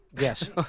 Yes